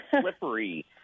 slippery